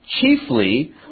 chiefly